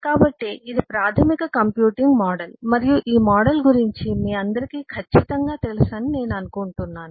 కాబట్టి ఇది ప్రాథమిక కంప్యూటింగ్ మోడల్ మరియు ఈ మోడల్ గురించి మీ అందరికీ ఖచ్చితంగా తెలుసు అని నేను అనుకుంటున్నాను